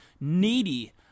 needy